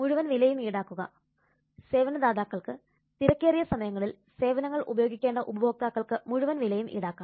മുഴുവൻ വിലയും ഈടാക്കുക സേവനദാതാക്കൾക്ക് തിരക്കേറിയ സമയങ്ങളിൽ സേവനങ്ങൾ ഉപയോഗിക്കേണ്ട ഉപഭോക്താക്കൾക്ക് മുഴുവൻ വിലയും ഈടാക്കാം